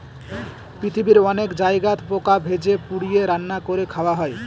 পৃথিবীর অনেক জায়গায় পোকা ভেজে, পুড়িয়ে, রান্না করে খাওয়া হয়